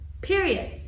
period